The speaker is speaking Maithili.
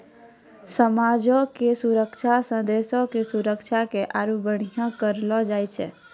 समाजो के सुरक्षा से देशो के सुरक्षा के आरु बढ़िया करलो जाय छै